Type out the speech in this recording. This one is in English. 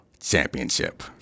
championship